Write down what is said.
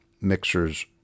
mixers